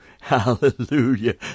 Hallelujah